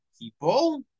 people